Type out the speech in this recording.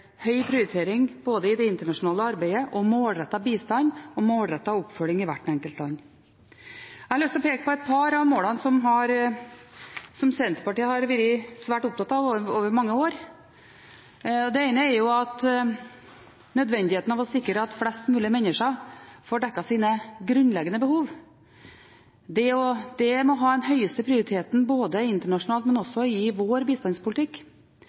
høy prioritering i det internasjonale arbeidet, målrettet bistand og målrettet oppfølging i hvert enkelt land. Jeg har lyst til å peke på et par av målene som Senterpartiet har vært svært opptatt av over mange år. Det ene er nødvendigheten av å sikre at flest mulig mennesker får dekket sine grunnleggende behov. Det må ha den høyeste prioriteten både internasjonalt og i vår bistandspolitikk. Å bruke mer ressurser på å gi